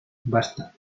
basta